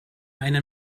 eine